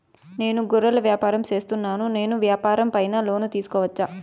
నేను గొర్రెలు వ్యాపారం సేస్తున్నాను, నేను వ్యాపారం పైన లోను తీసుకోవచ్చా?